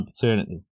paternity